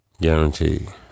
Guaranteed